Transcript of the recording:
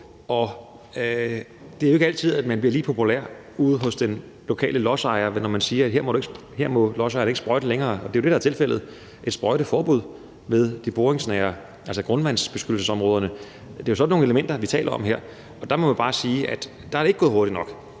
Det er jo ikke altid, at man bliver lige populær ude hos den lokale lodsejer, når man siger, at her må lodsejeren ikke sprøjte længere, og det er jo det, der er tilfældet: et sprøjteforbud ved de boringsnære områder, altså ved grundvandsbeskyttelsesområderne. Det er jo sådan nogle elementer, vi taler om her, og der må man bare sige, at det ikke er gået hurtigt nok.